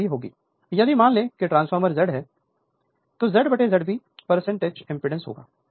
Refer Slide Time 1045 यदि मान लें कि ट्रांसफार्मर Z है तो ZZ B एज इंपेडेंस होगा